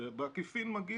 זה מגיע בעקיפין.